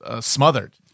smothered